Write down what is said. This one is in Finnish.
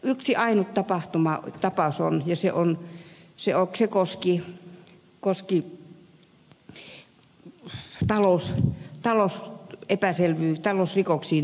yksi ainut tapaus on ja se koski talousrikoksiin syyllistynyttä